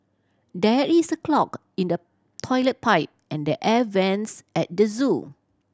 there is a clog in the toilet pipe and the air vents at the zoo